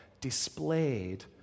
displayed